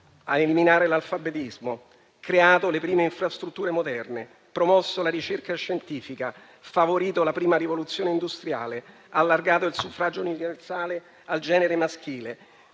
ad eliminare l'analfabetismo, hanno creato le prime infrastrutture moderne, promosso la ricerca scientifica, favorito la prima rivoluzione industriale, allargato il suffragio universale al genere maschile,